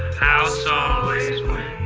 house always